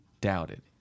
doubted